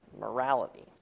morality